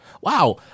Wow